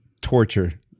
torture